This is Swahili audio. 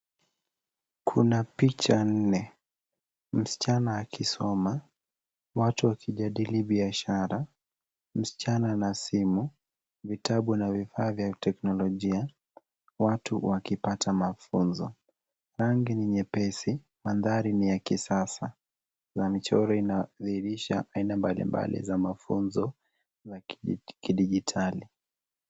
Kuna picha nne, msichana akisoma, watu wakijadili biashara, msichana na simu, vitabuna vifaa vya teknolojia, watu wakipata mafunzo. Rangi ni nyepesi. Mandhari ni ya kisasa na michoro inadhihirisha aina mbalimbali za mafunzo za kidijitali.